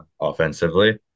offensively